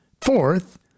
Fourth